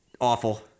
Awful